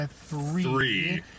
three